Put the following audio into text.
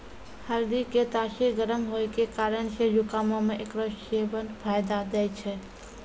हल्दी के तासीर गरम होय के कारण से जुकामो मे एकरो सेबन फायदा दै छै